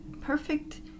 perfect